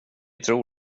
tro